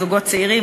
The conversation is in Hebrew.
זוגות צעירים,